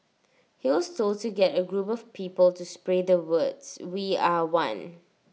he was told to get A group of people to spray the words we are one